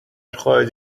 خارج